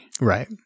right